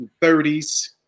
30s